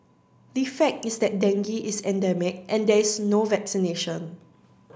the fact is that dengue is endemic and there is no vaccination